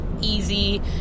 easy